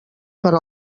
per